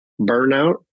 burnout